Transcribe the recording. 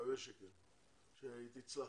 נקווה שהיא תצלח.